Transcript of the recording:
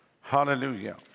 Hallelujah